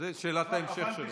זה שאלת ההמשך שלו.